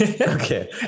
Okay